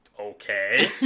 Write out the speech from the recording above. okay